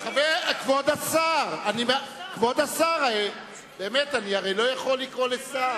כבוד השר, באמת, אני הרי לא יכול לקרוא לשר